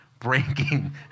breaking